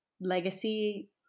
legacy